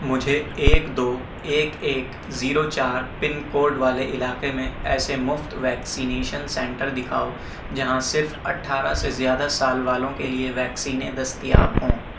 مجھے ایک دو ایک ایک زیرو چار پن کوڈ والے علاقے میں ایسے مفت ویکسینیشن سنٹر دکھاؤ جہاں صرف اٹھارہ سے زیادہ سال والوں کے لیے ویکسینیں دستیاب ہوں